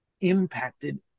impacted